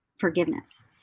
forgiveness